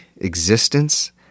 existence